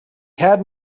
had